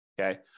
Okay